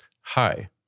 Hi